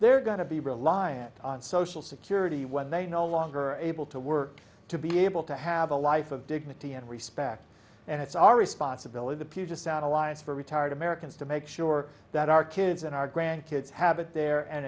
they're going to be reliant on social security when they no longer able to work to be able to have a life of dignity and respect and it's our responsibility to puget sound alliance for retired americans to make sure that our kids and our grand kids have it there and